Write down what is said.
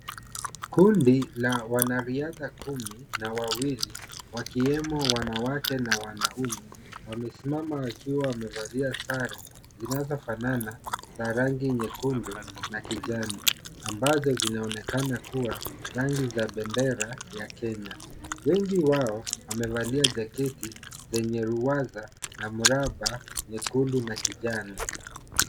Kundi la wanariadha kumi na wawili, wakiwemo wanawake na wanaume wamesimama wakiwa wamevalia sare zinazofanana za rangi nyekundu na kijani ambazo zinaonekana kuwa rangi za bendera ya Kenya. Wengi wao wamevalia jaketi zenye ruwaza na miraba nyekundu na kijani.